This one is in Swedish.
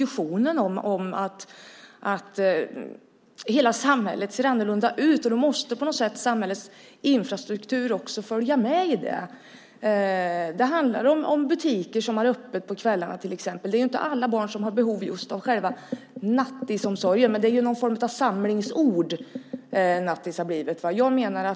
Hela samhället ser annorlunda ut, och då måste samhällets infrastruktur följa med. Det handlar till exempel om butiker som har öppet på kvällarna. Det är ju inte alla barn som har behov just av själva nattisomsorgen, men nattis är någon form av samlingsord.